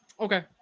okay